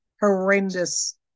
horrendous